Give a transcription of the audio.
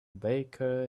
baker